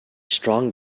strong